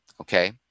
Okay